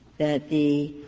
that the